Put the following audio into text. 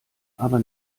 aber